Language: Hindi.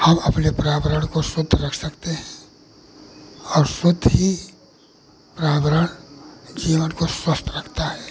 हम अपने पर्यावरण को शुद्ध रख सकते हैं और शुद्ध ही पर्यावरण जीवन को स्वस्थ रखता है